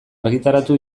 argitaratu